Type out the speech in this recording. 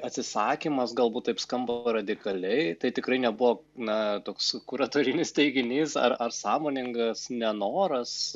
atsisakymas galbūt taip skamba radikaliai tai tikrai nebuvo na toks kuratorinis teiginys ar ar sąmoningas nenoras